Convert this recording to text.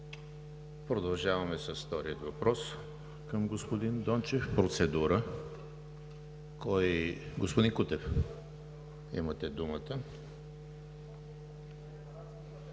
Продължаваме с втория въпрос към господин Дончев. Преди това – процедура. Господин Кутев, имате думата.